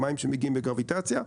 המים שמגיעים בגרביטציה,